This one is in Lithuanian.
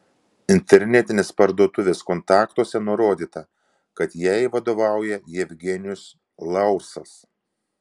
internetinės parduotuvės kontaktuose nurodyta kad jai vadovauja jevgenijus laursas